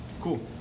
cool